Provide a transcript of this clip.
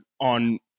on –